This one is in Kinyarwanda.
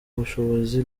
bushobozi